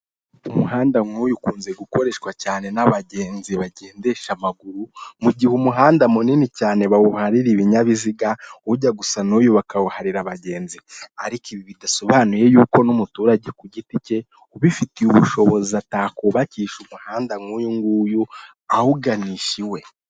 Umuhanda nkuyu ukunze gukoreshwa cyane n'abagenzi bagendesha amaguru, mu gihe umuhanda munini cyane bawuharira ibinyabiziga, ujya gusa nuyu bakawuharira abagenzi. Ariko ibi bidasobanuye yuko n'umuturage ku giti cye ubifitiye ubushobozi atakubakisha umuhanda nk'uyu nguyu, awuganisha iwe.